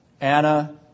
Anna